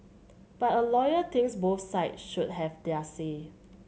but a lawyer thinks both side should have their say